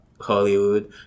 Hollywood